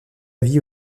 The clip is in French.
vie